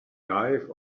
life